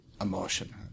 emotion